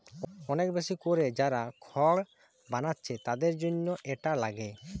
অনেক বেশি কোরে যারা খড় বানাচ্ছে তাদের জন্যে এটা লাগে